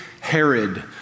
Herod